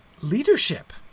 leadership